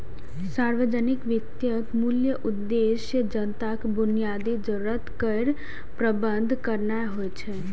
सार्वजनिक वित्तक मूल उद्देश्य जनताक बुनियादी जरूरत केर प्रबंध करनाय होइ छै